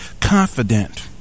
confident